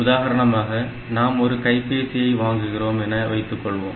உதாரணமாக நாம் ஒரு கைபேசியை வாங்குகிறோம் என வைத்துக்கொள்வோம்